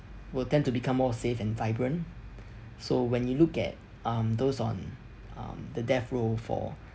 will tend to become more safe and vibrant so when you look at um those on um the death row for